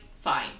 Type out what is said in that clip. fine